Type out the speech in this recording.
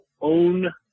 own